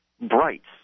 Brights